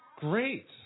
Great